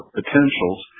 potentials